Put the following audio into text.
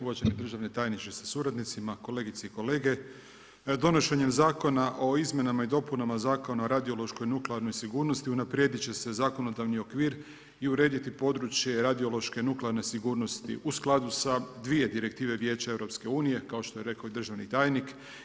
Uvaženi državni tajniče sa suradnicima, kolegice i kolege donošenjem Zakona o izmjenama i dopunama Zakona o radiološkoj nuklearnoj sigurnosti unaprijedit će se zakonodavni okvir i urediti područje radiološke nuklearne sigurnosti u skladu s dvije direktive Vijeća EU kao što je rekao i državni tajnik.